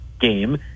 game